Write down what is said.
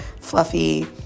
fluffy